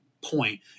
point